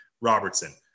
Robertson